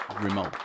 Remote